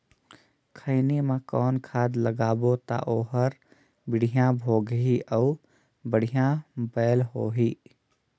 खैनी मा कौन खाद लगाबो ता ओहार बेडिया भोगही अउ बढ़िया बैल होही?